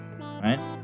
Right